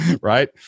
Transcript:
Right